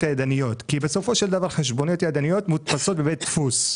הידניות כי בסופו של דבר חשבוניות ידניות מודפסות בבית דפוס.